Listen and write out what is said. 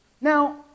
Now